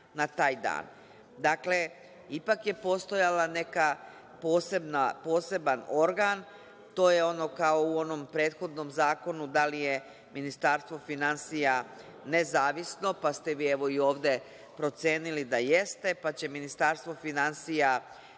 dan. Dakle, ipak je postojao neki poseban organ. To je kao u onom prethodnom zakonu, da li je Ministarstvo finansija nezavisno, pa ste vi, evo i ovde procenili da jeste, pa će Ministarstvo finansija da se